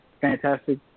Fantastic